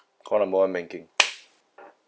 call number one banking